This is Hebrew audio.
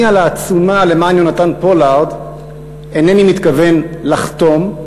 אני על העצומה למען יהונתן פולארד אינני מתכוון לחתום.